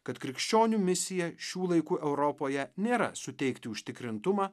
kad krikščionių misija šių laikų europoje nėra suteikti užtikrintumą